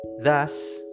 Thus